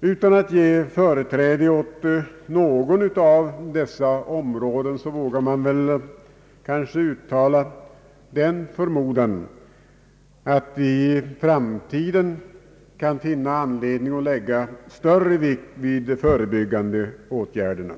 Utan att ge företräde åt något av dessa områden vågar man väl kanske uttala en förmodan att vi i framtiden kan finna anledning att lägga större vikt vid de förebyggande åtgärderna.